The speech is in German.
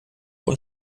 und